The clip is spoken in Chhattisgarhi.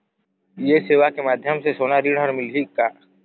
ये सेवा के माध्यम से सोना ऋण हर मिलही का?